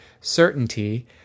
certainty